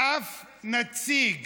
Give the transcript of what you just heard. אף נציג